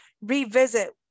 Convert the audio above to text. revisit